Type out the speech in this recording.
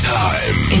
time